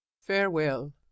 Farewell